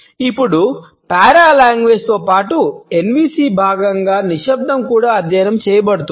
ఇప్పుడు పారలాంగ్వేజ్తో పాటు ఎన్విసిలో భాగంగా నిశ్శబ్దం కూడా అధ్యయనం చేయబడుతోంది